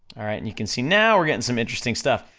alright and you can see now we're getting some interesting stuff,